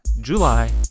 July